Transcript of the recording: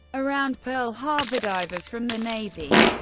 around pearl harbor, divers from the navy,